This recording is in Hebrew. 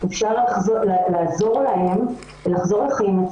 אפשר לעזור להן לחזור לחיים.